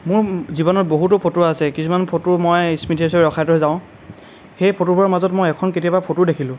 মোৰ জীৱনত বহুতো ফটো আছে কিছুমান ফটো মই স্মৃতি হিচাবে ৰখাই থৈ যাওঁ সেই ফটোবোৰৰ মাজত মই এখন কেতিয়াবা ফটো দেখিলোঁ